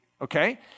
okay